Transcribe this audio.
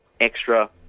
extra